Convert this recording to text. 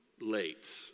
late